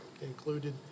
included